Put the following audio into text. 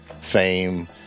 fame